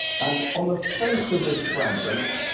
and on the face of this fragment,